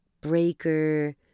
Breaker